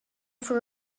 for